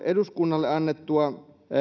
eduskunnalle annettua